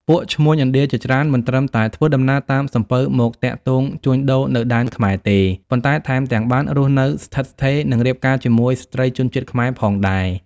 ពួកឈ្មួញឥណ្ឌាជាច្រើន មិនត្រឹមតែធ្វើដំណើរតាមសំពៅមកទាក់ទងជួញដូរនៅដែនខ្មែទេ ប៉ុន្តែថែមទាំងបានរស់នៅស្ថិតស្ថេរ និងរៀបការជាមួយស្ត្រីជនជាតិខ្មែរផងដែរ។